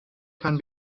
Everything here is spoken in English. can